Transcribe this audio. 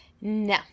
No